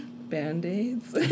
band-aids